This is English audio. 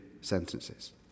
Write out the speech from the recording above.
sentences